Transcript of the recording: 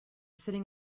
sitting